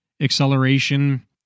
acceleration